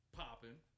popping